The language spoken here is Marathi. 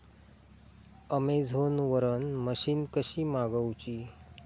अमेझोन वरन मशीन कशी मागवची?